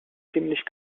ziemlich